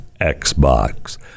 Xbox